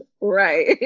right